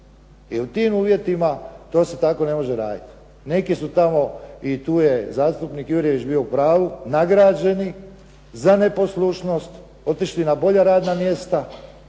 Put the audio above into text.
I u tim uvjetima to se tako ne može raditi. Neki su tamo i tu je zastupnik Jurjević bio u pravu nagrađeni za neposlušnost, otišli na bolja radna mjesta